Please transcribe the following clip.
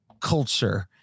culture